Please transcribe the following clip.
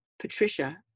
Patricia